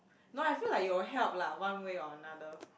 no I feel like it will help lah one way or another